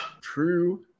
True